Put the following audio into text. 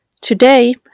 Today